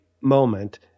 moment